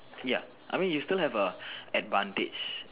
ya I mean you still have a advantage